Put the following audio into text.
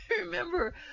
remember